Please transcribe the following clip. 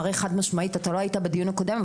אתה לא היית בדיון הקודם,